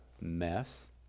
mess